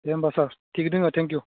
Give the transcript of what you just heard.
दे होमबा सार थिगै दङ थेंकिउ